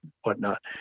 whatnot